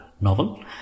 novel